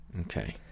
Okay